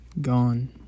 gone